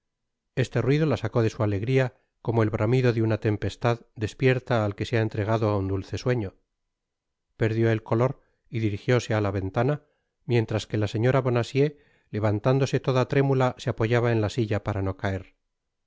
este ruido la sacó de su alegria como el bramido de una tempestad despierta al que se ha entregado á un dulce sueño perdió el color y dirigióse á la ventana mientras que la señora bonacieux levantándose toda trémula se apoyaba en la silla para no caer